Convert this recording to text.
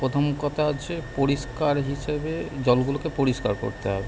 প্রথম কথা হচ্ছে পরিষ্কার হিসাবে জলগুলোকে পরিষ্কার করতে হবে